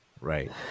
Right